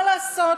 מה לעשות.